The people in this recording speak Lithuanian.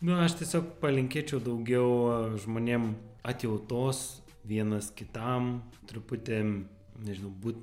na aš tiesiog palinkėčiau daugiau žmonėm atjautos vienas kitam truputį nežinau būt